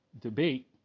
debate